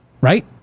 right